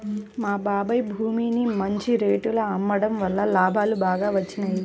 మా బాబాయ్ భూమిని మంచి రేటులో అమ్మడం వల్ల లాభాలు బాగా వచ్చినియ్యి